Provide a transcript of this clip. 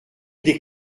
des